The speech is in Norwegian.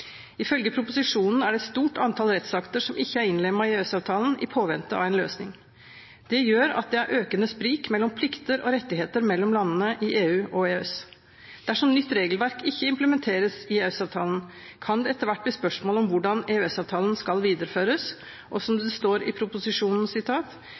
Ifølge proposisjonen er det et stort antall rettsakter som ikke er innlemmet i EØS-avtalen, i påvente av en løsning. Det gjør at det er økende sprik mellom plikter og rettigheter mellom landene i EU og EØS. Dersom nytt regelverk ikke implementeres i EØS-avtalen, kan det etter hvert bli spørsmål om hvordan EØS-avtalen skal videreføres, og som